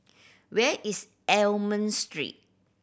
where is Almond Street